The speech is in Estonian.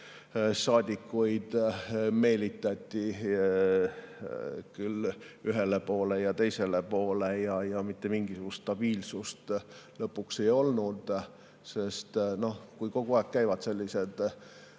saadikuid meelitati küll ühele poole, küll teisele poole ja mitte mingisugust stabiilsust lõpuks ei olnudki. Kui volikogudes käivad kogu aeg